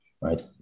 right